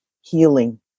healing